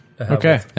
Okay